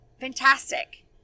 Fantastic